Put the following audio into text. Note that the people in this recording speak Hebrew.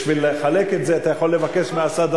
בשביל לחלק את זה, אתה יכול לבקש מהסדרנים,